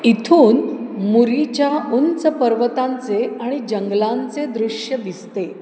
इथून मुरीच्या उंच पर्वतांचे आणि जंगलांचे दृश्य दिसते